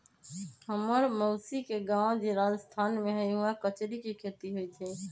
हम्मर मउसी के गाव जे राजस्थान में हई उहाँ कचरी के खेती होई छई